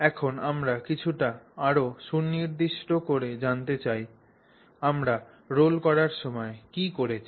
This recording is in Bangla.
এখন আমরা কিছুটা আরও সুনির্দিষ্ট করে জানতে চাই আমরা রোল করার সময় কী করেছি